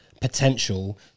potential